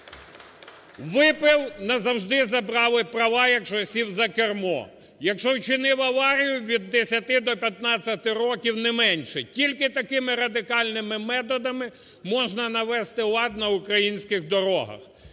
Випив – назавжди забрали права, якщо сів за кермо. Якщо вчинив аварію – від 10 до 15 років, не менше. Тільки такими радикальними методами можна навести лад на українських дорогах.